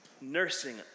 nursing